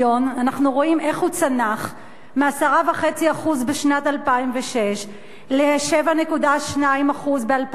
אנחנו רואים איך הוא צנח מ-10.5% בשנת 2006 ל-7.2% ב-2008.